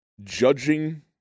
judging